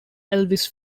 elvis